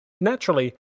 Naturally